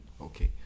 okay